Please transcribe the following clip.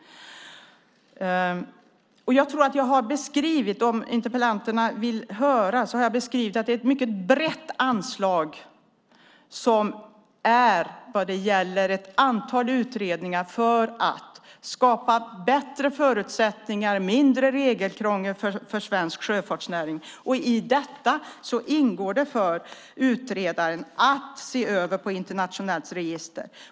Om interpellanterna vill höra har jag beskrivit att det är ett mycket brett anslag med ett antal utredningar för att man ska skapa bättre förutsättningar och mindre regelkrångel för svensk sjöfartsnäring. I detta ingår det för utredaren att se över ett internationellt register.